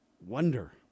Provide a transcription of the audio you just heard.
Wonder